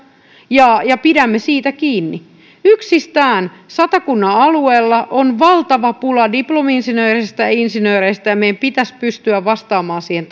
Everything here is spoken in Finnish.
ja ja pidämme siitä kiinni yksistään satakunnan alueella on valtava pula diplomi insinööreistä ja insinööreistä ja meidän pitäisi pystyä vastaamaan siihen